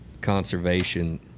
conservation